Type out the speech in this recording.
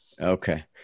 Okay